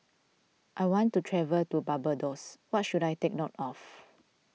I want to travel to Barbados what should I take note of